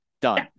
Done